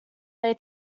their